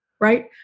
Right